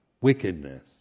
wickedness